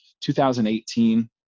2018